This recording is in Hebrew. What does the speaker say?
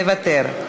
מוותר.